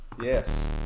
yes